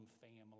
family